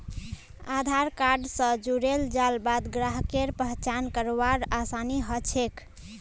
आधार card स जुड़ेल जाल बाद ग्राहकेर पहचान करवार आसानी ह छेक